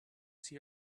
see